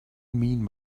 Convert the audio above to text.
mean